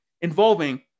involving